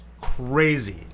crazy